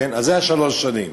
זה שלוש השנים.